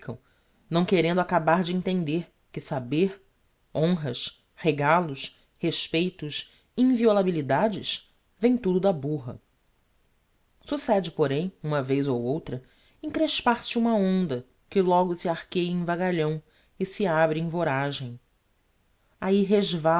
não querendo acabar de entender que saber honras regalos respeitos inviolabilidades vem tudo da burra succede porém uma vez ou outra encrespar se uma onda que logo se arqueia em vagalhão e se abre em voragem ahi